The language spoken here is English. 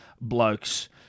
blokes